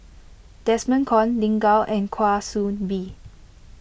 Desmond Kon Lin Gao and Kwa Soon Bee